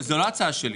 זה לא ההצעה שלי.